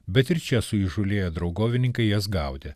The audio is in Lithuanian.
bet ir čia suįžūlėję draugovininkai jas gaudė